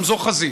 גם זו חזית,